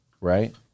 right